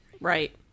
Right